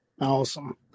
Awesome